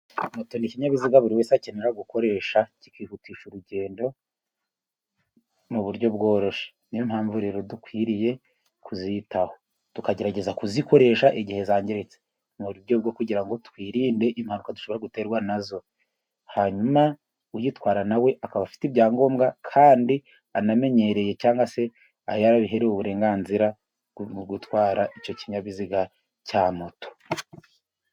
Moto ni ikinyabiziga buri wese akenera gukoresha kikihutisha urugendo mu buryo bworoshye niyo mpamvu rero dukwiriye kuzitaho tukagerageza kuzikoresha igihe zangiritse mu buryo bwo kugirango twirinde impanuka dushobora guterwa nazo. hanyuma ugitwara nawe akaba afite ibyangombwa kandi anamenyereye cgangwa se yarabiherewe uburenganzira bwogutwara icyo kinyabiziga cya moto.